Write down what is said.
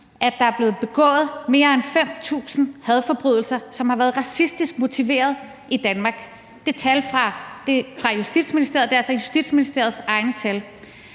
at der er blevet begået mere end 5.000 hadforbrydelser, som har været racistisk motiveret i Danmark. Det viser tal fra Justitsministeriet; det er altså Justitsministeriets egne tal.